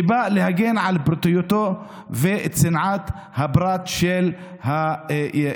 שבא להגן על פרטיותו וצנעת הפרט של האזרח,